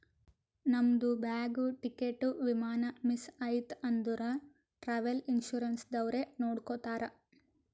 ನಮ್ದು bag, ticket, ವಿಮಾನ miss ಐಯ್ತ ಅಂದುರ್ ಟ್ರಾವೆಲ್ ಇನ್ಸೂರೆನ್ಸ್ ದವ್ರೆ ನೋಡ್ಕೊತ್ತಾರ್